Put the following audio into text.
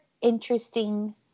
interesting